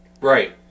Right